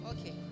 Okay